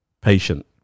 patient